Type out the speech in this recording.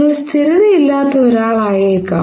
നിങ്ങൾ സ്ഥിരത ഇല്ലാത്ത ഒരാൾ ആയേക്കാം